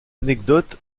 anecdote